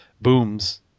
booms